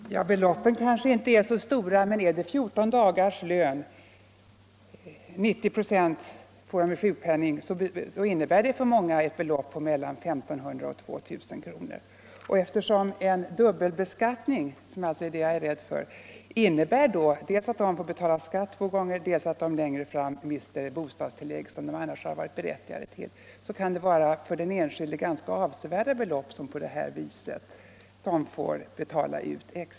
Herr talman! Beloppen kanske inte är så stora, men om det gäller 90 96 av 14 dagars lön innebär det för många 1 500 eller 2000 kr. En dubbelbeskattning, som jag är rädd för, innebär då dels att de får betala skatt två gånger, dels att de längre fram går miste om bostadstillägg som de annars hade varit berättigade till. Då kan det vara för den enskilde ganska avsevärda belopp.